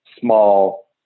small